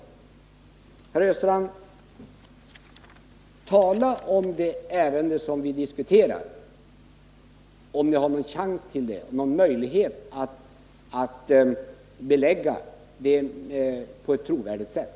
Herr Östrand! Tala om den fråga som vi diskuterar — om det finns några möjligheter att belägga påståendena på ett trovärdigt sätt!